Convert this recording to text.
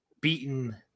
beaten